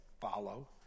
follow